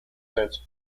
since